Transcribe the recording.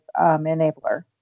enabler